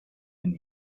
denn